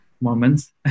moments